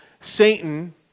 Satan